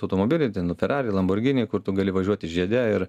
automobiliai ten ferrari lamborghini kur tu gali važiuoti žiede ir